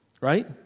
Right